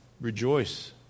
Rejoice